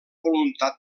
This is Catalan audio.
voluntat